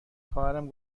خواهرم